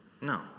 No